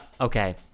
Okay